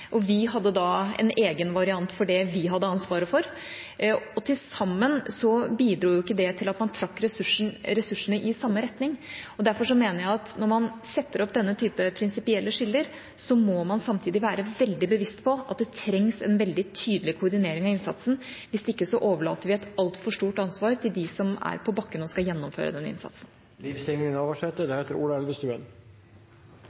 Vi hadde da en egen variant for det vi hadde ansvaret for. Til sammen bidro ikke det til at man trakk ressursene i samme retning. Derfor mener jeg at når man setter opp denne typen prinsipielle skiller, må man samtidig være veldig bevisst på at det trengs en veldig tydelig koordinering av innsatsen. Hvis ikke overlater vi et altfor stort ansvar til dem som er på bakken og skal gjennomføre den innsatsen.